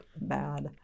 bad